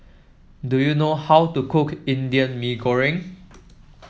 do you know how to cook Indian Mee Goreng